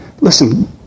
Listen